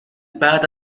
بعد